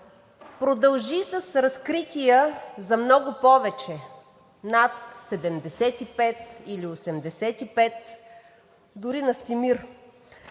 Продължи с разкрития за много повече – над 75 или 85, дори Настимир,